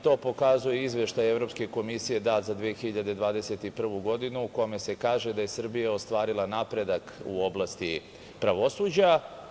To pokazuje izveštaj Evropske komisije za 2021. godinu u kome se kaže da je Srbija ostvarila napredak u oblasti pravosuđa.